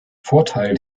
vorteil